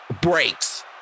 breaks